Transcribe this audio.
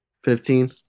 Fifteen